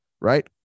right